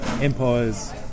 Empires